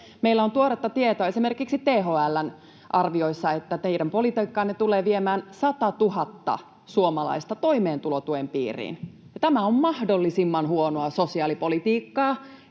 Meillä on tuoretta tietoa, esimerkiksi THL:n arvioissa, että teidän politiikkanne tulee viemään 100 000 suomalaista toimeentulotuen piiriin, ja tämä on mahdollisimman huonoa sosiaalipolitiikkaa